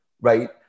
right